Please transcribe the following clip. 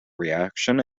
reaction